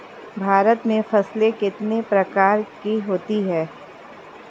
भारत में फसलें कितने प्रकार की होती हैं?